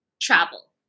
Travel